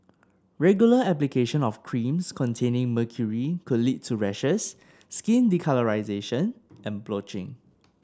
regular application of creams containing mercury could lead to rashes skin discolouration and blotching